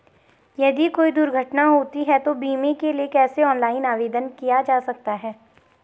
यदि कोई दुर्घटना होती है तो बीमे के लिए कैसे ऑनलाइन आवेदन किया जा सकता है?